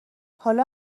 حالا